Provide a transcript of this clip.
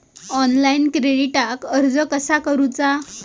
Online क्रेडिटाक अर्ज कसा करुचा?